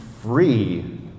free